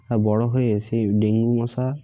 আর বড়ো হয়ে সেই ডেঙ্গু মশা